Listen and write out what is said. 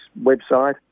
website